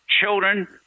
Children